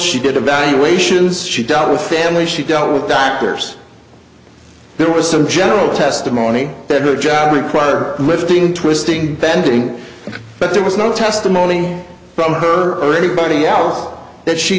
she did evaluations she dealt with family she dealt with doctors there was some general testimony that her jab require lifting twisting bending but there was no testimony from her everybody hour that she